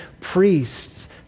priests